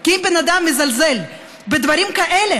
כי אם בן אדם מזלזל בדברים כאלה,